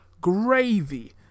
gravy